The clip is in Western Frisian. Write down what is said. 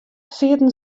sieten